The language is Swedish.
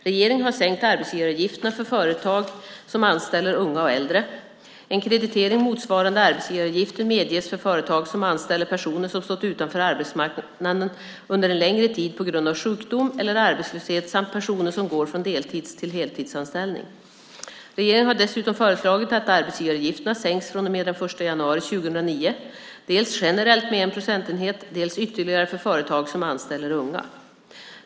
Regeringen har sänkt arbetsgivaravgifterna för företag som anställer unga och äldre. En kreditering motsvarande arbetsgivaravgiften medges för företag som anställer personer som stått utanför arbetsmarknaden under en längre tid på grund av sjukdom eller arbetslöshet samt personer som går från deltids till heltidsanställning. Regeringen har dessutom föreslagit att arbetsgivaravgifterna sänks från och med den 1 januari 2009, dels generellt med 1 procentenhet, dels ytterligare för företag som anställer unga.